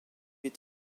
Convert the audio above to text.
est